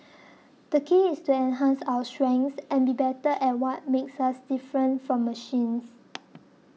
the key is to enhance our strengths and be better at what makes us different from machines